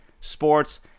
Sports